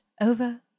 over